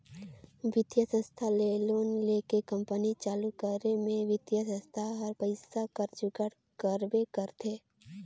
बित्तीय संस्था ले लोन लेके कंपनी चालू करे में बित्तीय संस्था हर पइसा कर जुगाड़ करबे करथे